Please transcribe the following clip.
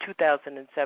2007